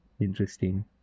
interesting